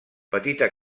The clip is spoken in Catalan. petita